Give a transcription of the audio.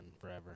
forever